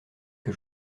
que